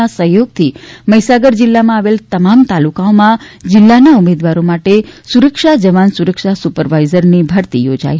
ના સહયોગથી મહીસાગર જિલ્લામાં આવેલ તમામ તાલુકાઓમાં જિલ્લાના ઉમેદવારો માટે સુરક્ષા જવાન સુરક્ષા સુપરવાઇઝરની ભરતી યોજાઇ